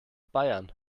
bayern